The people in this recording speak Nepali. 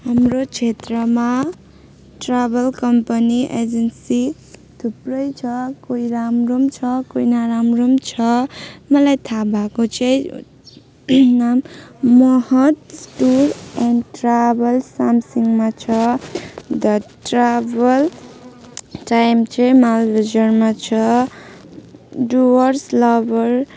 हाम्रो क्षेत्रमा ट्राभल कम्पनी एजेन्सी थुप्रै छ कोही राम्रो पनि छ कोही नराम्रो पनि छ मलाई थाहा भएको चाहिँ नाम महत्स टुर एन्ड ट्राभल सामसिङमा छ अन्त ट्राभल टाइम चाहिँ मालबजारमा छ डुवर्स लभर